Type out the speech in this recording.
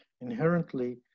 inherently